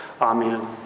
Amen